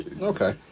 Okay